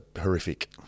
horrific